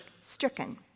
stricken